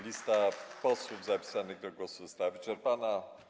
Lista posłów zapisanych do głosu została wyczerpana.